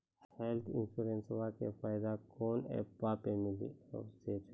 Health इंश्योरेंसबा के फायदावा कौन से ऐपवा पे मिली?